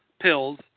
pills